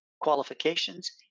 qualifications